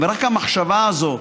ורק המחשבה הזאת,